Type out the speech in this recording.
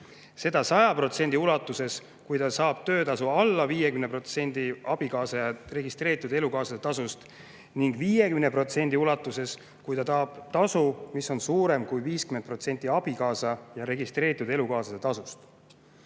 100% ulatuses, kui ta saab töötasu alla 50% abikaasa ja registreeritud elukaaslase tasust, ning 50% ulatuses, kui ta saab tasu, mis on suurem kui 50% abikaasa ja registreeritud elukaaslase tasust.